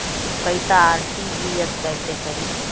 पैसा आर.टी.जी.एस कैसे करी?